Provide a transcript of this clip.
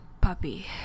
puppy